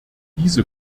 diese